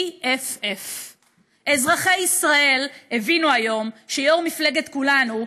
BFF. אזרחי ישראל הבינו היום שיו"ר מפלגת כולנו,